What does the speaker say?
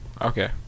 Okay